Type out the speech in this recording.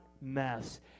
mess